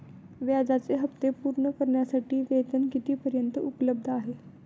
व्याजाचे हप्ते पूर्ण करण्यासाठी वेतन किती पर्यंत उपलब्ध आहे?